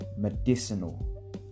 medicinal